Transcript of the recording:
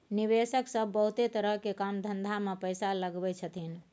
निवेशक सब बहुते तरह के काम धंधा में पैसा लगबै छथिन